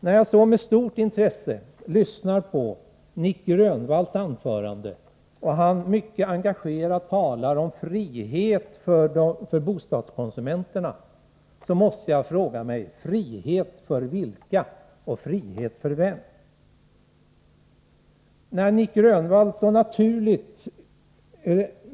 När jag så med stort intresse lyssnar på Nic Grönvalls anförande och han mycket engagerat talar om frihet för bostadskonsumenterna, måste jag fråga mig: Frihet för vem eller vilka?